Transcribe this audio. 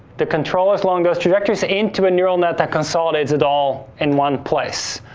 the controllers along those trajectories into a neural net that consolidates it all in one place.